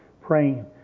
praying